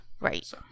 Right